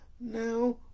now